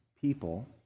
people